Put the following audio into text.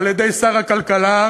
על-ידי שר הכלכלה,